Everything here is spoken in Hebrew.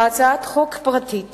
הצעת חוק פרטית